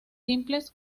simples